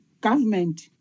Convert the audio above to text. government